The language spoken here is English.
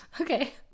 Okay